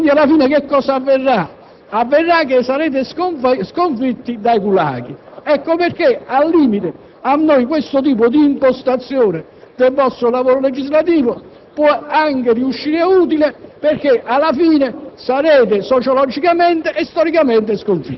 dell'impresa complessiva diffusa e radicata sul territorio. Ecco perché, cari colleghi, vi invito a riflettere su questo tipo di impostazione, che - guardate - susciterà un allarme sociale tale